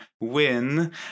win